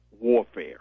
warfare